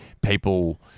people